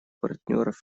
партнеров